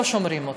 לא שומרים אותה.